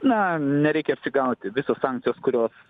na nereikia apsigauti visos sankcijos kurios